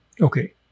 okay